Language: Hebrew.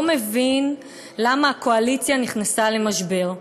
לא מבין למה הקואליציה נכנסה למשבר,